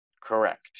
Correct